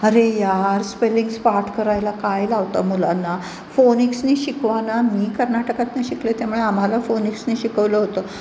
अरे यार स्पेलिंग्स पाठ करायला काय लावता मुलांना फोनिक्सनी शिकवाना मी कर्नाटकातनं शिकले त्यामुळे आम्हाला फोनिक्सने शिकवलं होतं